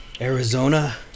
Arizona